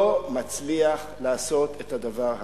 לא מצליח לעשות את הדבר הנכון?